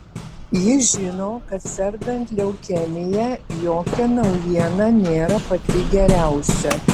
ji žino kad sergant leukemija jokia naujiena nėra pati geriausia